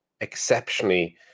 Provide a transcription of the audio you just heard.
exceptionally